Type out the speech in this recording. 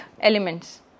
elements